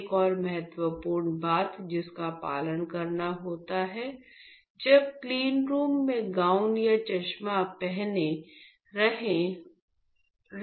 एक और महत्वपूर्ण बात जिसका पालन करना होता है जब क्लीनरूम में गाउन या चश्मा पहन रहे होते है